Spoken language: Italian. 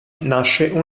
nasce